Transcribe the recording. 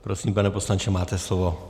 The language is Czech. Prosím, pane poslanče, máte slovo.